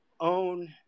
own